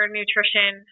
nutrition